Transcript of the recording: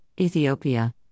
Ethiopia